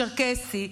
צ'רקסי,